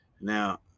now